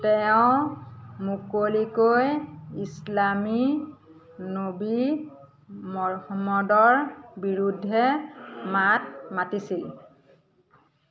তেওঁ মুকলিকৈ ইছলামী নবী মৰহম্মদৰ বিৰুদ্ধে মাত মাতিছিল